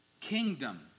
Kingdom